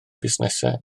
busnesau